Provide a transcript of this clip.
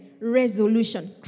resolution